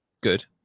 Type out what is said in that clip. good